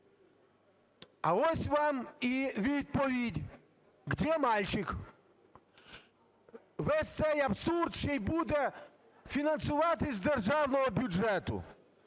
А ось вам і відповідь: где мальчик? Весь цей абсурд ще і буде фінансуватися з державного бюджету.